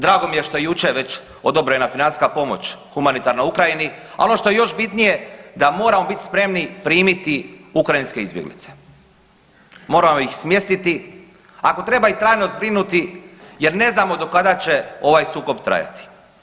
Drago mi je što je jučer već odobrena financijska pomoć, humanitarna Ukrajini, a ono što je još bitnije da moramo biti spremni ukrajinske izbjeglice, moramo ih smjestiti, ako treba i trajno zbrinuti jer ne znamo do kada će ovaj sukob trajati.